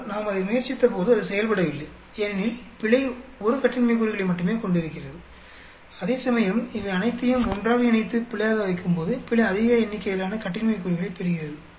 ஆனால் நாம் அதை முயற்சித்தபோது அது செயல்படவில்லை ஏனெனில் பிழை 1 கட்டின்மை கூறுகளை மட்டுமே கொண்டிருக்கிறது அதேசமயம் இவை அனைத்தையும் ஒன்றாக இணைத்து பிழையாக வைக்கும்போது பிழை அதிக எண்ணிக்கையிலான கட்டின்மை கூறுகளைப் பெறுகிறது